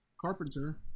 carpenter